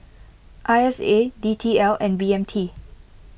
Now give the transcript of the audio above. I S A D T L and B M T